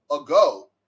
ago